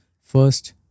first